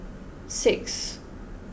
six